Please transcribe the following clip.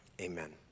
Amen